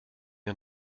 der